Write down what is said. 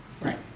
right